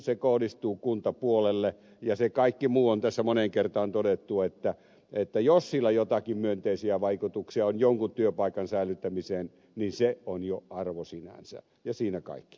se kohdistuu kuntapuolelle ja se kaikki muu on tässä moneen kertaan todettu että jos sillä joitakin myönteisiä vaikutuksia on jonkun työpaikan säilyttämiseen niin se on jo arvo sinänsä ja siinä kaikki